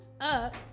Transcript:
up